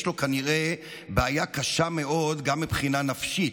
יש לו כנראה בעיה קשה מאוד גם מבחינה נפשית,